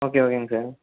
okay ஓகேங்க sir